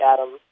Adam